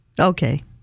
Okay